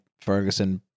Ferguson